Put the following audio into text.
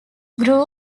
grew